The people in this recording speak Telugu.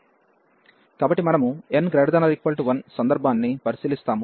కాబట్టి మనము n≥1 సందర్భాన్ని పరిశీలిస్తాము